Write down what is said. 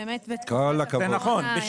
באמת, בתקופת הקורונה כך היה.